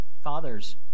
Fathers